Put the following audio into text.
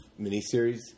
miniseries